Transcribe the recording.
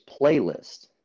playlist